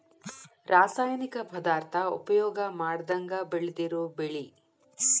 ರಾಸಾಯನಿಕ ಪದಾರ್ಥಾ ಉಪಯೋಗಾ ಮಾಡದಂಗ ಬೆಳದಿರು ಬೆಳಿ